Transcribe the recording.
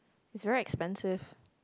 it's very expensive